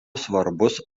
svarbus